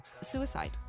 suicide